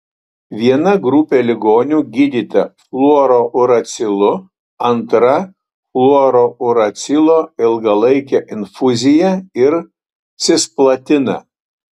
viena grupė ligonių gydyta fluorouracilu antra fluorouracilo ilgalaike infuzija ir cisplatina